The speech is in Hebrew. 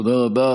תודה רבה.